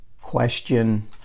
question